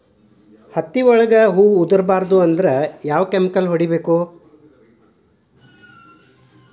ಹತ್ತಿ ಒಳಗ ಹೂವು ಉದುರ್ ಬಾರದು ಅಂದ್ರ ಯಾವ ಕೆಮಿಕಲ್ ಹೊಡಿಬೇಕು?